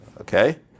Okay